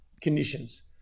conditions